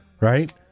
Right